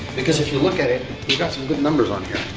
because if you look at it, you've got some good numbers on here.